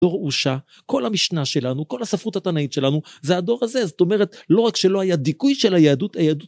דור אושה כל המשנה שלנו כל הספרות התנאית שלנו זה הדור הזה זאת אומרת לא רק שלא היה דיכוי של היהדות